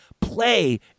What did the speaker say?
play